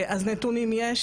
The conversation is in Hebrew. אז נתונים יש,